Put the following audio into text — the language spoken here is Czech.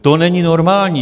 To není normální!